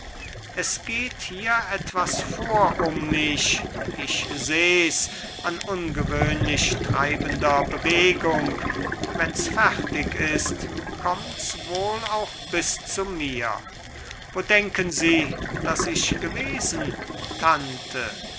es geht hier etwas vor um mich ich sehs an ungewöhnlich treibender bewegung wenns fertig ist kommts wohl auch bis zu mir wo denken sie daß ich gewesen tante